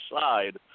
side